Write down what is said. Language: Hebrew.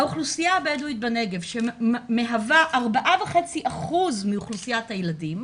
האוכלוסייה הבדואית בנגב שמהווה 4.5% מאוכלוסיית הילדים,